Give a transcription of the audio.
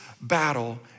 battle